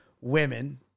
Women